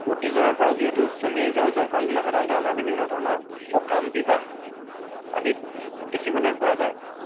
অতীজৰে পৰা যিহেতু চলি আহিছে আৰু জলপানবিলাক সাধাৰণতে আমাৰ বিভিন্ন ধৰণৰ সকাম বিবাহ আদিত দেখিবলৈ পোৱা যায়